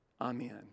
Amen